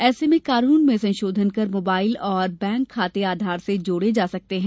ऐसे में कानून में संशोधन कर मोबाइल और बैंक खाते आधार से जोड़े जा सकते हैं